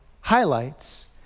highlights